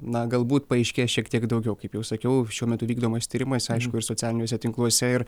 na galbūt paaiškės šiek tiek daugiau kaip jau sakiau šiuo metu vykdomais tyrimais aišku ir socialiniuose tinkluose ir